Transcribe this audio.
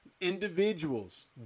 individuals